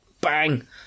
bang